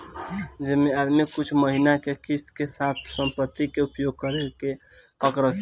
जेमे आदमी कुछ महिना के किस्त के साथ उ संपत्ति के उपयोग करे के हक रखेला